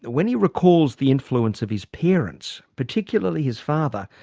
when he recalls the influence of his parents, particularly his father,